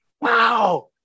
wow